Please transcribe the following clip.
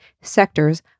sectors